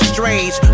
strange